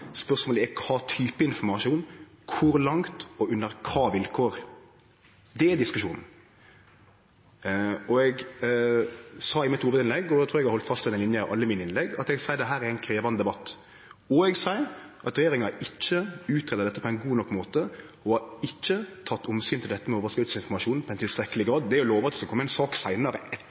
Spørsmålet er kva type informasjon, kor langt og under kva vilkår. Det er diskusjonen. Eg sa i hovudinnlegget mitt – og eg trur eg har halde fast ved den linja i alle innlegga mine – at dette er ein krevjande debatt, og eg seier at regjeringa ikkje har greidd ut dette på ein god nok måte og ikkje har teke omsyn til dette med overskotsinformasjon i tilstrekkeleg grad. Det å love at det skal kome ei sak seinare,